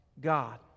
God